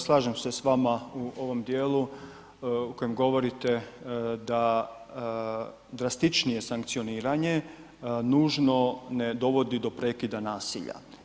Slažem se s vama u ovom dijelu u kojem govorite da drastičnije sankcioniranje nužno ne dovodi do prekida nasilja.